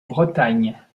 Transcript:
bretagne